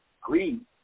Green